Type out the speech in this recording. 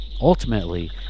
Ultimately